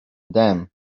them